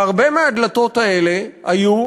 והרבה מהדלתות האלה היו,